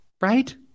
Right